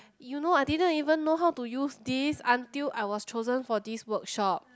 you know I didn't even know how to use this until I was chosen for this workshop